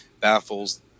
baffles